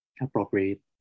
appropriate